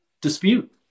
dispute